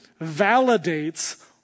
validates